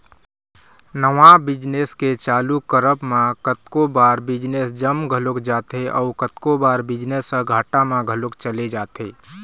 नवा बिजनेस के चालू करब म कतको बार बिजनेस जम घलोक जाथे अउ कतको बार बिजनेस ह घाटा म घलोक चले जाथे